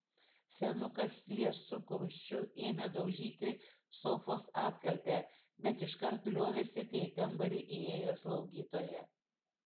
senukas liesu kumščiu ėmė daužyti sofos atkaltę bet iškart liovėsi kai į kambarį įėjo slaugytoja